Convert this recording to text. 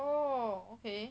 oh okay